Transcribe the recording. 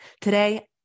Today